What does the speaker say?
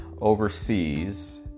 overseas